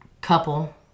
couple